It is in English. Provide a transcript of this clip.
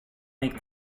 make